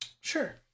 Sure